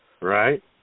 Right